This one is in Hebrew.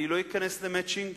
אני לא אכנס ל"מצ'ינג".